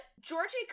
Georgie